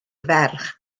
ferch